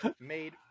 made